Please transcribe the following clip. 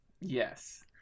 Yes